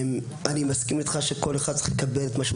אני מסכים איתך שכל אחד צריך לקבל את מה שהוא